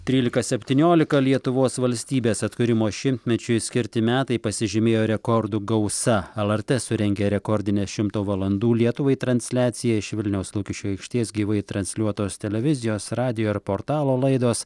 trylika septyniolika lietuvos valstybės atkūrimo šimtmečiui skirti metai pasižymėjo rekordų gausa lrt surengė rekordinę šimto valandų lietuvai transliaciją iš vilniaus lukiškių aikštės gyvai transliuotos televizijos radijo ir portalo laidos